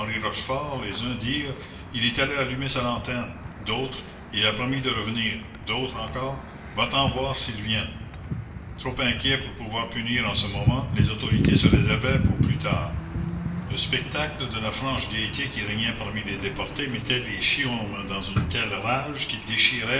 rochefort les uns dirent il est allé allumer sa lanterne d'autres il a promis de revenir d'autres encore va-t'en voir s'ils viennent trop inquiets pour pouvoir punir en ce moment les autorités se réservaient pour plus tard le spectacle de la franche gaieté qui régnait parmi les déportés mettait les chiourmes dans une telle rage qu'ils